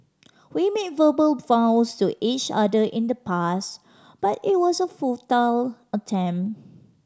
we made verbal vows to each other in the past but it was a futile attempt